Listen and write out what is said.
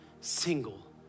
single